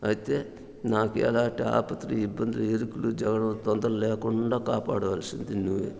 అయితే నాకు ఎలాంటి ఆపదలు ఇబ్బందులు ఇరుకులు జగడలు తొందరలు లేకుండా కాపాడవల్సిందిగా నువ్వే